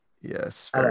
yes